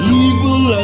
evil